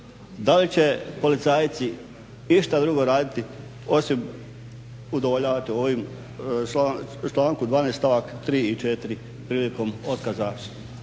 da li će policajci išta drugo raditi osim udovoljavati ovom članku 12. stavak 3. i 4. prilikom otkaza